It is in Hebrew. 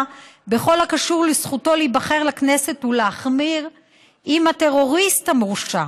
בכל הקשור לזכותו להיבחר לכנסת ולהחמיר עם הטרוריסט המורשע.